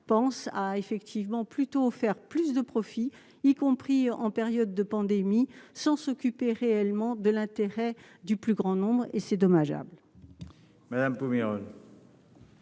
pensent à effectivement plutôt faire plus de profits, y compris en période de pandémie sans s'occuper réellement de l'intérêt du plus grand nombre et c'est dommageable.